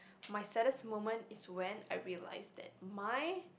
my saddest moment is when I realise that my